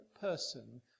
person